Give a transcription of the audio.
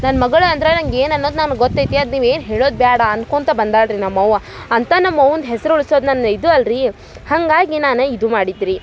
ನನ್ನ ಮಗಳೆ ಅಂದರೆ ನಂಗೆ ಏನು ಅನ್ನೋದು ನನ್ಗ ಗೊತ್ತೈತಿ ಅದು ನೀವು ಏನು ಹೇಳೋದು ಬ್ಯಾಡ ಅನ್ಕೊಳ್ತಾ ಬಂದಳ ರೀ ನಮ್ಮವ್ವ ಅಂತ ನಮ್ಮವ್ವನ ಹೆಸ್ರು ಉಳ್ಸೋದು ನನ್ನ ಇದು ಅಲ್ರೀ ಹಾಗಾಗಿ ನಾನು ಇದು ಮಾಡಿದ್ದು ರೀ